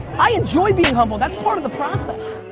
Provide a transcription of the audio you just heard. i enjoy being humbled. that's part of the process.